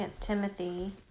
Timothy